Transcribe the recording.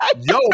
Yo